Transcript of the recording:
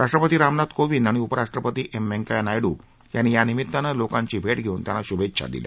राष्ट्रपती रामनाथ कोविंद आणि उपराष्ट्रपती एम व्यंकय्या नायडू यांनी यानिमित्तानं लोकांची भेट घेऊन त्यांना शुभेच्छा दिल्या